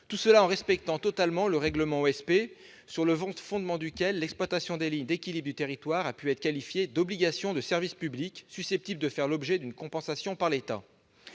tout en respectant totalement le règlement OSP, sur le fondement duquel l'exploitation des lignes d'équilibre du territoire a pu être qualifiée d' « obligation de service public susceptible de faire l'objet d'une compensation par l'État